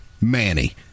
Manny